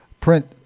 print